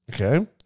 okay